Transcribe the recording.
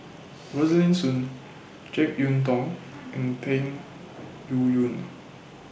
Rosaline Soon Jek Yeun Thong and Peng Yuyun